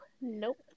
nope